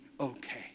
okay